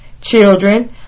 children